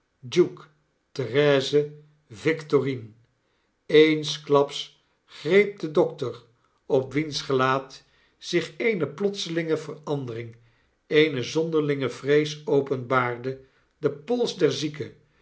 duke therese victorine eensklaps greep de dokter op wiens gelaat zich eene plotselinge verandering eene zonderlinge vrees openbaarde den pols